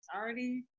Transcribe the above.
already